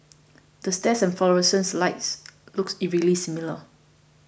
the stairs and fluorescent lights look eerily similar